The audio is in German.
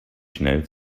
schnell